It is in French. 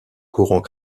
courant